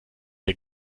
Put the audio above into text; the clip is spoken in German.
der